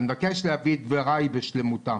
אני מבקש להביא את דבריי בשלמותם.